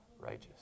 righteous